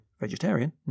vegetarian